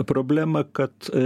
problema kad